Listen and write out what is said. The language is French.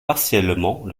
partiellement